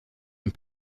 and